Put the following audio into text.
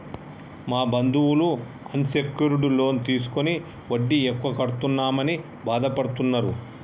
మా బంధువులు unsecured loan తీసుకుని వడ్డీ ఎక్కువ కడుతున్నామని బాధపడుతున్నరు